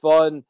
Fun